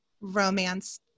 romance